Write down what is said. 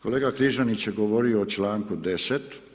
Kolega Križanić je govorio o čl. 10.